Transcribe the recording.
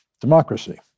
democracy